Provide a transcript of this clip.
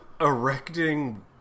erecting